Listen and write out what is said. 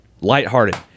lighthearted